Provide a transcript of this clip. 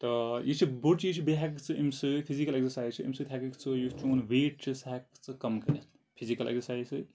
تہٕ یہِ چھُ بوٚڑ چیٖز چھُ بیٚیہِ ہٮ۪ککھ ژٕ اَمہِ سۭتۍ فِزکل اٮ۪کزارسایز چھِ امہِ سۭتۍ ہٮ۪ککھ ژٕ یُس چون ویٹ چھُ سُہ ہٮ۪ککھ ژٕ کَم کٔرِتھ فِزِکل اٮ۪کزارسایز سۭتۍ